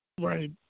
Right